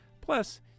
Plus